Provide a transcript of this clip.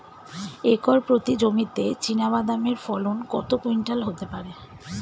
Acre প্রতি জমিতে চীনাবাদাম এর ফলন কত কুইন্টাল হতে পারে?